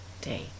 day